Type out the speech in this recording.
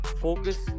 focus